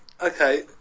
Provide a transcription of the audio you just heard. Okay